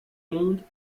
monde